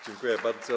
Dziękuję bardzo.